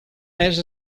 pes